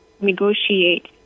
negotiate